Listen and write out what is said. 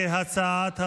כהצעת הוועדה.